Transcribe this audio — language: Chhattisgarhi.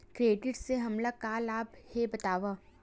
क्रेडिट से हमला का लाभ हे बतावव?